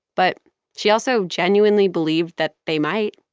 but she also genuinely believed that they might.